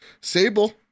Sable